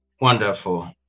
Wonderful